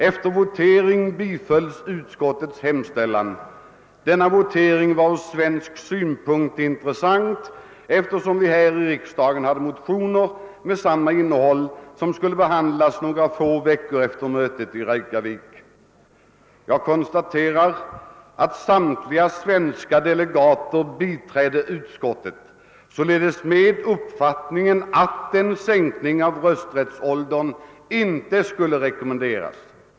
Efter votering bifölls utskottets hemställan.» Denna votering var från svensk synpunkt intressant, eftersom det här i riksdagen hade väckts motioner i samma fråga, vilka skulle behandlas några få veckor efter mötet i Reykjavik. Jag konstaterar att samtliga svenska delegater biträdde utskottets hemställan; de företrädde således uppfattningen att en sänkning av rösträttsåldern inte skulle rekommenderas.